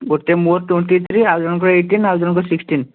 ଗୋଟେ ମୋର twenty three ଆଉ ଜଣଙ୍କର ଏଇଟିନ୍ ଆଉ ଜଣଙ୍କର ସିକ୍ସଟିନ୍